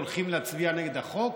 יחד הולכים להצביע נגד החוק?